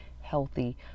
healthy